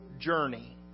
journey